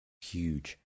huge